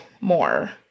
more